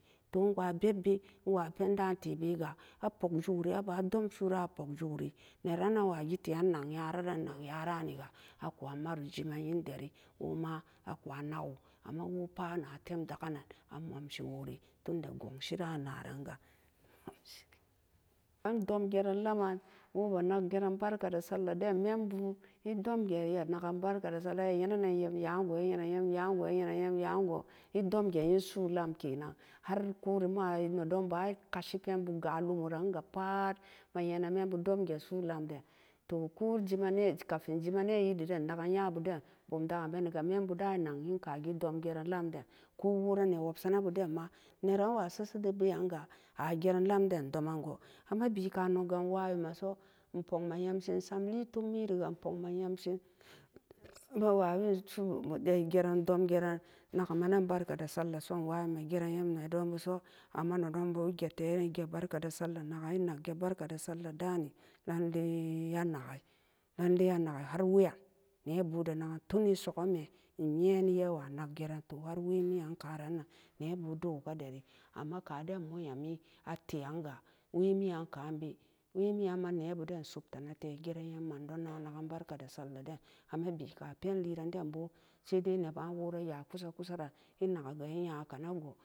To nwa bebbe nwa penda'an tebega apog juguri aba'a dom su'u-ran apog juguri. Neran-nan wagite'an nag'nyara-ran nag-nyaraniga akuamaro jiman'in dori woma akwa nago amma wopat ana temdaga nan amomshi wori tund gangshira naranga andom geran laman wobe nag geran barka da sallah den membu edomge iya nagan barkada sallah den membu edomge iya nagan barkada sallah iya nyena-nan nyam ya'ango i'nyenan nyam ya'ango inyenan nyam ya'ango edomge nyin su'u lam kenan har-kori maa nedenba'an ekashi penbu ga'a lumoranga pat ma nyenan membu domge su'u lamden to ko dimane kafin jimane idi den nagan nyabuden bamdagan beniga memba da'on nakiyinkasi domgeran lamden kowora newopsanabu denma neran nwa seseberanga ageran lamdan domango amma bika nogga inwayimeso inpogme nyam shin esam lietamiriga inpogme nyamshin mawawin su'u made-geran dangeran naggumanan barka da sallah so enwayine geran yam nedonbuso. amma nedonbu gete ege barka da sallah nagan enag-ge barka a sallah dani lallai anag'ai lallai anagi harweyan nebu de nagen tun esogomme nyeen iyawo nag-geran to har wemiyan karan-nan. Nebu edogo kaderi amma kaden mo'on nyami ate'anga wemiyan ka'anbe wemiyan ma nebu den sogkanate geran nyam mandon banagon barka da sallah den amma bika penlieran denbo saidai neba'an wora ya'a kusa-kusaran inagiga i'nyakanago.